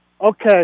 Okay